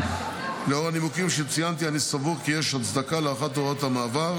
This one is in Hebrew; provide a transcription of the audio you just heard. לאור הנימוקים שציינתי אני סבור כי יש הצדקה להארכת הוראת המעבר.